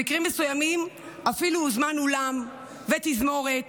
במקרים מסוימים אפילו הוזמן אולם והוזמנה תזמורת